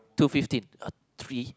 two fifteen uh three